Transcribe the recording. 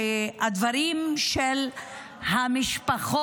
שאת הדברים של המשפחות